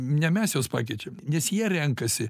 ne mes juos pakeičiam nes jie renkasi